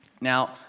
Now